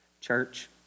Church